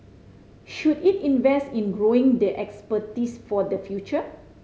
should it invest in growing the expertise for the future